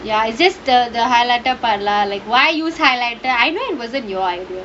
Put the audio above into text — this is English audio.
ya just the the highlighter part lah like why use highlighter I know it wasn't your idea